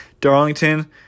Darlington